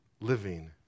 living